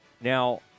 Now